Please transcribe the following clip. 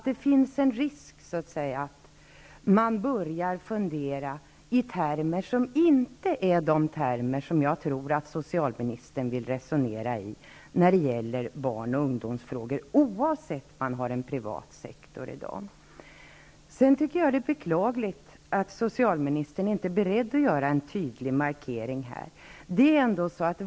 Det finns en risk för att man börjar fundera i termer som inte sammanfaller med dem som socialministern vill resonera i när det gäller barnoch ungdomsfrågor, oavsett om det finns en privat sektor. Det är beklagligt att socialministern inte är beredd att göra en tydlig markering.